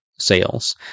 Sales